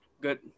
Good